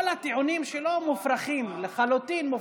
כל הטיעונים שלו מופרכים, לחלוטין מופרכים.